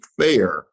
fair